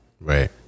Right